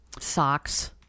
Socks